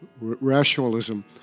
rationalism